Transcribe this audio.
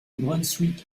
brunswick